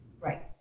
Right